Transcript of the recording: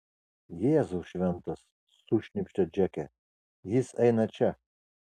jėzau šventas sušnypštė džeke jis eina čia